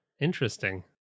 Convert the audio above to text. Interesting